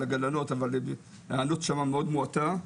הגננות אבל ההיענות שמה מאוד מועטה,